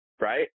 right